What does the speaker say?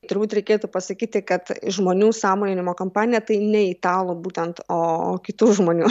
turbūt reikėtų pasakyti kad žmonių sąmoningumo kampanija tai ne italų būtent o kitų žmonių